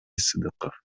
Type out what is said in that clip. сыдыков